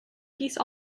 geese